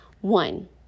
One